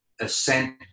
assent